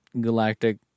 galactic